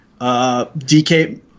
DK